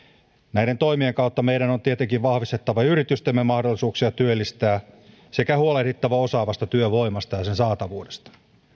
näiden toimien kautta meidän on tietenkin vahvistettava yritystemme mahdollisuuksia työllistää sekä huolehdittava osaavasta työvoimasta saatavuudesta